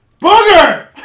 booger